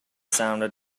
sounded